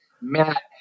Matt